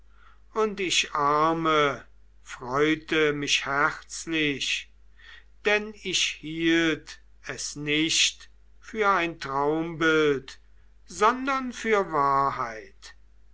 und ich arme freute mich herzlich denn ich hielt es nicht für ein traumbild sondern für wahrheit